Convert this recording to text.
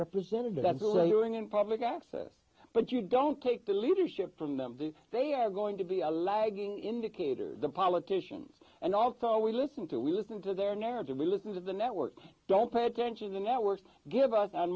representative that's all you're doing in public access but you don't take the leadership from them they are going to be a lagging indicator the politicians and also we listen to we listen to their narrative we listen to the networks don't pay attention the networks give us